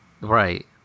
Right